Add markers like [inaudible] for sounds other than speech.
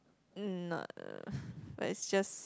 mm not [noise] but is just